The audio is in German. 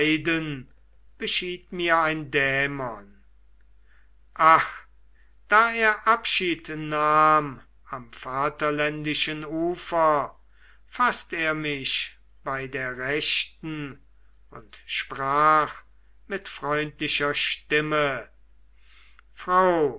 beschied mir ein dämon ach da er abschied nahm am vaterländischen ufer faßt er mich bei der rechten und sprach mit freundlicher stimme frau